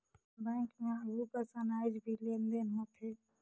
bank मे आघु कसन आयज भी लेन देन होथे